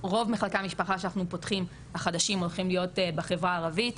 רוב מחלקי המשפחה החדשים שאנחנו פותחים הולכים להיות בחברה הערבית,